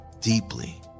deeply